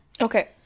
Okay